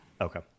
Okay